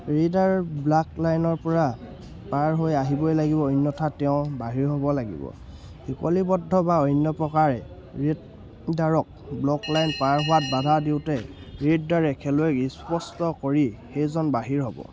reader block লাইনৰ পৰা পাৰ হৈ আহিবই লাগিব অন্যথা তেওঁ বাহিৰ হ'ব লাগিব শিকলিবদ্ধ বা অন্য প্ৰকাৰে ঋতদাৰক ব্লক লাইন পাৰ হোৱাত বাধা দিওঁতে ঋতডাৰে খেলুৱৈ স্পষ্ট কৰি সেইজন বাহিৰ হ'ব